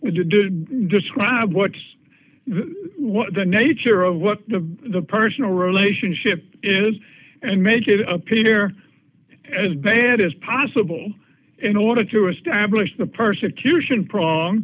didn't describe what's the nature of what the the personal relationship is and make it appear as bad as possible in order to establish the persecution prong